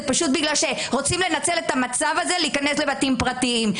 זה פשוט בגלל שרוצים לנצל את המצב הזה ולהיכנס לבתים פרטיים.